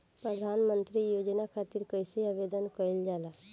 प्रधानमंत्री योजना खातिर कइसे आवेदन कइल जाला?